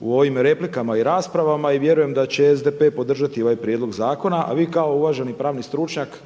u ovim replikama i raspravama i vjerujem da će SDP-e podržati ovaj prijedlog zakona. A vi kao uvaženi pravni stručnjak